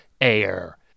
air